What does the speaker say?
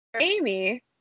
Amy